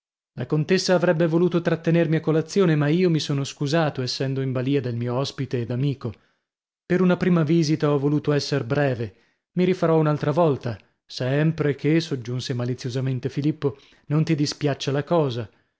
la contessa avrebbe voluto trattenermi a colazione ma io mi sono scusato essendo in balìa del mio ospite ed amico per una prima visita ho voluto esser breve mi rifarò un'altra volta sempre che soggiunse maliziosamente filippo non ti dispiaccia la cosa